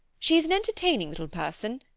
she is an entertaining little person,